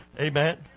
Amen